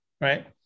right